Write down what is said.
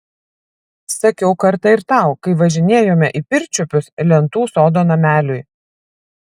sakiau kartą ir tau kai važinėjome į pirčiupius lentų sodo nameliui